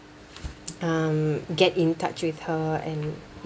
um get in touch with her and